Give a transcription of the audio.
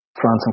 France